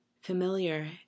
familiar